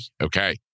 Okay